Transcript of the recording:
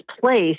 place